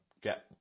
get